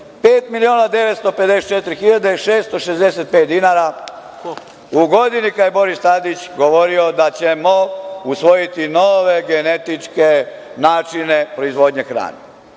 5.954.665.000 dinara, u godini kada je Boris Tadić govorio da ćemo usvojiti nove genetičke načine proizvodnje hrane.